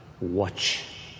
watch